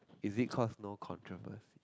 is it cause no controversy